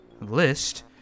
list